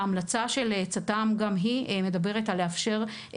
ההמלצה של צט"מ גם היא מדברת על האפשרות הזאת,